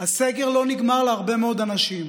הסגר לא נגמר להרבה מאוד אנשים.